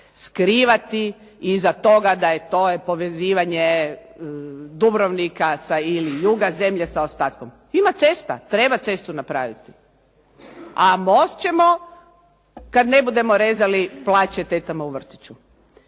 skrivati iza toga da je to povezivanje Dubrovnika ili juga zemlje sa ostatkom. Ima cesta. Treba cestu napraviti. A most ćemo kada ne budemo rezali plaće tetama u vrtiću.